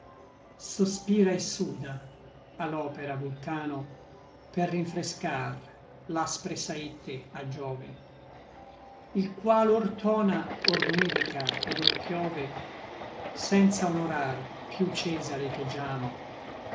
sospira et suda a l'opera vulcano per rinfrescar l'aspre saette a giove il qual or tona or nevicha et or piove senza honorar piú cesare che giano